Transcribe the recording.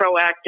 proactive